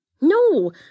No